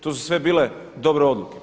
To su sve bile dobre odluke.